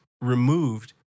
removed